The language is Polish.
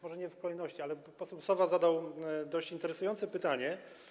Może nie w kolejności, ale poseł Sowa zadał dość interesujące pytanie.